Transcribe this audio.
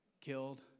killed